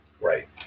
Right